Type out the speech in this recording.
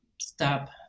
stop